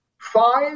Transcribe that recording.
Five